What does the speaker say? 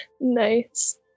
Nice